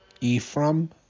Ephraim